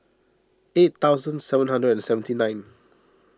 eight thousand seven hundred and seventy nine